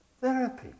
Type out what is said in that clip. therapy